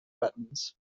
buttons